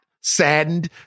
saddened